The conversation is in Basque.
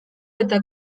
eta